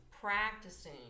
practicing